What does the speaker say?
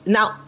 Now